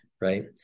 Right